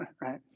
right